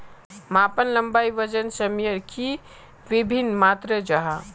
मापन लंबाई वजन सयमेर की वि भिन्न मात्र जाहा?